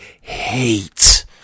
hate